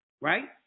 Right